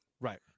Right